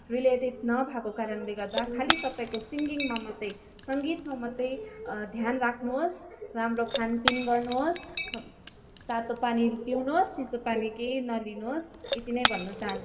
related नभएको कारणले गर्दा खालि तपाईँको सिङ्गिङमा मात्रै सङ्गीतमा मात्रै ध्यान राख्नुहोस् राम्रो खानपिन गर्नुहोस् तातो पानी पिउनुहोस् चिसो पानी केही नलिनुहोस् यति नै भन्नु चाहन्छु